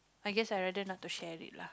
I guess I rather not to share it lah